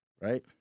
right